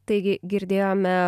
taigi girdėjome